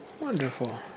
Wonderful